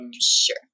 Sure